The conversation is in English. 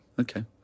Okay